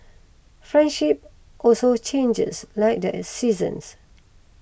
friendship also changes like the seasons